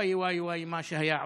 וואי וואי וואי, מה שהיה קורה.